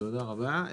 תודה רבה,